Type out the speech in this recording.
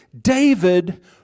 David